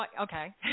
Okay